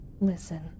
Listen